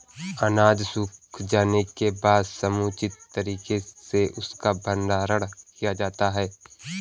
अनाज सूख जाने के बाद समुचित तरीके से उसका भंडारण किया जाता है